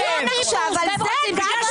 הדיון עכשיו על זה, קטי.